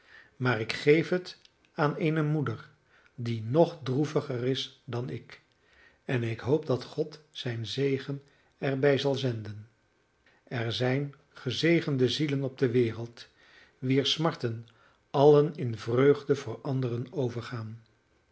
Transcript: maar ik geef het aan eene moeder die nog droeviger is dan ik en ik hoop dat god zijn zegen er bij zal zenden er zijn gezegende zielen op de wereld wier smarten allen in vreugde voor anderen overgaan